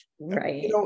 Right